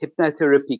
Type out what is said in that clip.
hypnotherapy